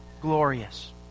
glorious